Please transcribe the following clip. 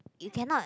you cannot